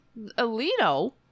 Alito